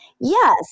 Yes